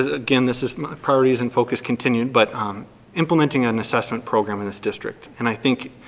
again, this is priorities and focus continued but implementing an assessment program in this district and i think,